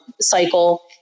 cycle